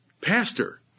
pastor